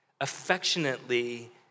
Affectionately